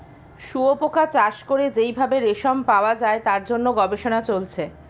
শুয়োপোকা চাষ করে যেই ভাবে রেশম পাওয়া যায় তার জন্য গবেষণা চলছে